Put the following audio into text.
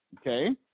Okay